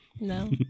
No